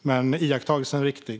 Men iakttagelsen är riktig.